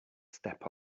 step